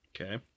Okay